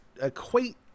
equate